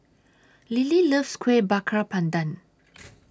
Lily loves Kuih Bakar Pandan